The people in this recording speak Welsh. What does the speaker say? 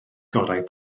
gorau